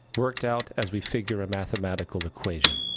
worked out as we figure a mathematical equation.